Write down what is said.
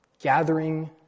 gathering